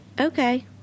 Okay